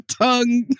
tongue